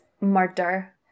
murder